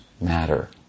matter